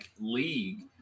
league